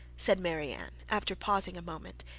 said marianne, after pausing a moment,